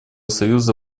союза